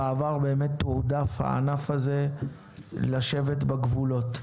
בעבר באמת תועדף הענף הזה לשבת בגבולות.